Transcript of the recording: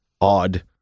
odd